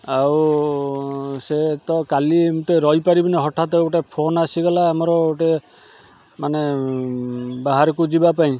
ଆଉ ସେ ତ କାଲି ତ ରହିପାରିବିନି ହଠାତ୍ ଗୋଟେ ଫୋନ୍ ଆସିଗଲା ଆମର ଗୋଟେ ମାନେ ବାହାରକୁ ଯିବା ପାଇଁ